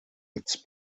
its